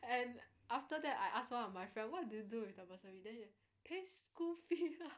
and after that I ask one of my friend what do you do with bursary then pay school fee ah